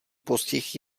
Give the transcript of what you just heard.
postih